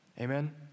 amen